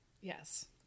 Yes